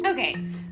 Okay